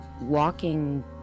walking